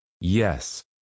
Yes